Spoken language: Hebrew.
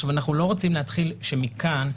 אנחנו לא רוצים להתחיל שמכאן,